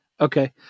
Okay